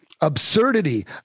absurdity